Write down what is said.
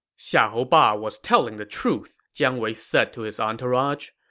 xiahou ba was telling the truth, jiang wei said to his entourage.